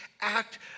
act